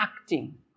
acting